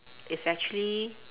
is actually